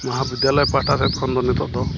ᱢᱟᱦᱟ ᱵᱤᱫᱽᱫᱟᱞᱚᱭ ᱯᱟᱥᱴᱟ ᱥᱮᱫ ᱠᱷᱚᱱ ᱫᱚ ᱱᱤᱛᱚᱜ ᱫᱚ